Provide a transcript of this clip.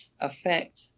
affect